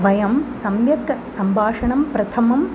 वयं सम्यक् सम्भाषणं प्रथमम्